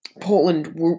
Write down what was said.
Portland